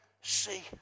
see